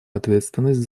ответственность